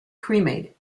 cremated